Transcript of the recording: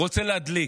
רוצה להדליק.